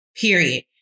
period